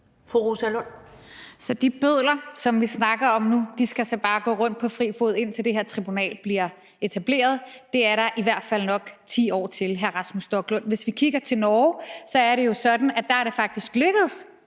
Så de bødler, som vi snakker om nu, skal så bare gå rundt på fri fod, indtil det her tribunal bliver etableret, og det er der i hvert fald nok 10 år til, hr. Rasmus Stoklund. Hvis vi kigger til Norge, er det jo sådan, at der er det faktisk lykkedes